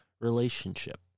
relationship